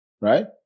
right